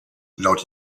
laut